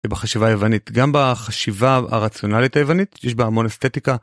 בחשיבה היוונית גם בחשיבה הרצונלית היוונית יש בה המון אסתטיקה.